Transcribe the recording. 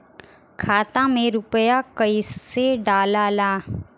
खाता में रूपया कैसे डालाला?